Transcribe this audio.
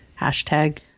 hashtag